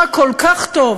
כל כך טוב,